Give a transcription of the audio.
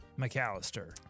McAllister